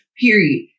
period